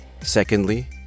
Secondly